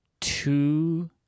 two